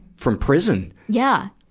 from prison. yeah.